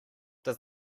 does